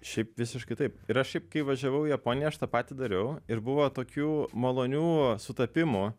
šiaip visiškai taip ir aš šiaip kai važiavau į japoniją aš tą patį dariau ir buvo tokių malonių sutapimų